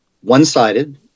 one-sided